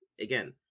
again